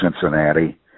Cincinnati